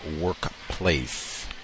workplace